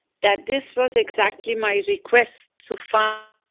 that this was exactly my request to fi